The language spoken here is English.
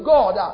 God